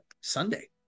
Sunday